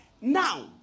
Now